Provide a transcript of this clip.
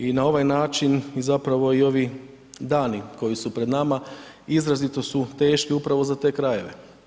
I na ovaj način zapravo i ovi dani koji su pred nama, izrazito su teški upravo za te krajeve.